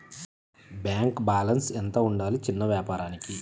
Bank balance ఎంత ఉండాలి చిన్న వ్యాపారానికి?